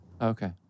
Okay